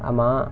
ஆமா:aamaa